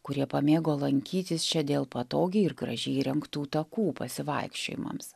kurie pamėgo lankytis čia dėl patogiai ir gražiai įrengtų takų pasivaikščiojimams